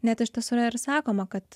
net iš tiesų yra ir sakoma kad